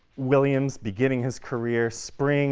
williams, beginning his career, spring